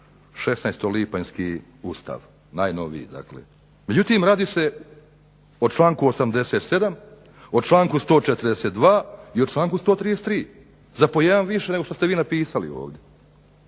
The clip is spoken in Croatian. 16. lipanjski Ustav najnoviji dakle. Međutim, radi se o članku 87., o članku 142. i o članku 133. za po jedan više nego što ste vi napisali ovdje.